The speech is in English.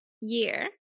year